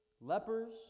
lepers